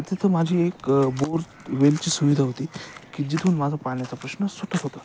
तिथं माझी एक बोर वेलची सुविधा होती की जिथून माझा पाण्याचा प्रश्न सुटत होता